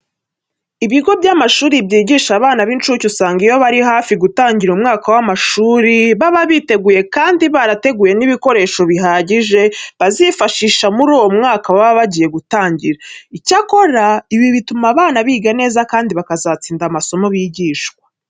Ibigo by'amashuri byigisha abana b'incuke usanga iyo bari hafi gutangira umwaka w'amashuri baba biteguye kandi barateguye n'ibikoresho bihagije bazifashisha muri uwo mwaka baba bagiye gutangira. Icyakora, ibi bituma abana biga neza kandi bakazatsinda amasomo bigishwa.